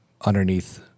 underneath